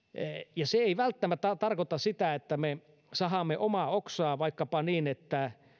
ja se ei välttämättä tarkoita sitä että me sahaamme omaa oksaa vaikkapa niin että